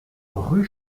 rue